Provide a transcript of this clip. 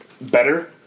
Better